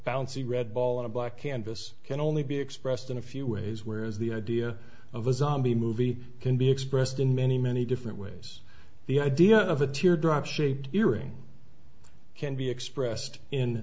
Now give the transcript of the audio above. bouncy red ball on a black canvas can only be expressed in a few ways where the idea of a zombie movie can be expressed in many many different ways the idea of a teardrop shape hearing can be expressed in